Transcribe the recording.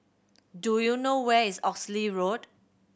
do you know where is Oxley Road